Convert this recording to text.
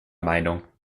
meinung